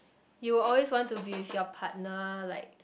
you will always want to be with your partner like